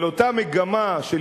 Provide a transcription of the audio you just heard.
אבל אותה מגמה של